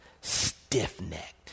stiff-necked